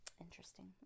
interesting